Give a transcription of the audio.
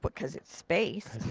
but because it's space.